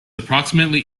approximately